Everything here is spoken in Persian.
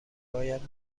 باید